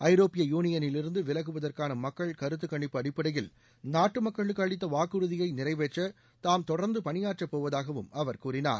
ஐரோப்பிய யூனியனிலிருந்து விலகுவதற்கான மக்கள் கருத்து கணிப்பு அடிப்படையில் நாட்டு மக்களுக்கு அளித்த வாக்குறுதியை நிறைவேற்ற தாம் தொடர்ந்து பணியாற்றபோவதாகவும் அவர் கூறினார்